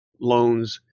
loans